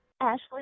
Ashley